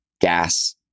gas